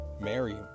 Mary